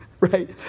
right